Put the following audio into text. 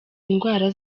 indwara